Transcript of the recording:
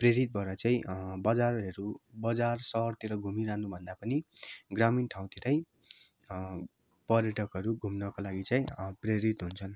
प्रेरित भएर चाहिँ बजारहरू बजार सहरतिर घुमिरहनु भन्दा पनि ग्रामीण ठाउँतिरै पर्यटकहरू घुम्नको लागि चाहिँ प्रेरित हुन्छन्